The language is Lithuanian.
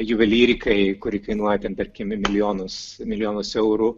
juvelyrikai kuri kainuoja ten tarkim milijonus milijonus eurų